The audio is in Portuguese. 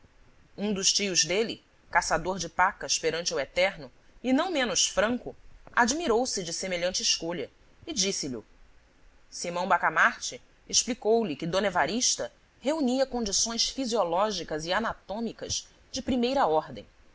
um dos tios dele caçador de pacas perante o eterno e não menos franco admirou-se de semelhante escolha e disse-lho simão bacamarte explicou-lhe que d evarista reunia condições fisiológicas e anatômicas de primeira ordem